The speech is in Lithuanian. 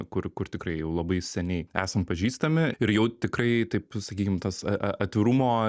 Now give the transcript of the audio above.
kur kur tikrai jau labai seniai esam pažįstami ir jau tikrai taip sakykim tas atvirumo